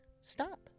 Stop